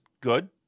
good